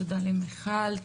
תודה למיכל,